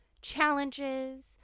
challenges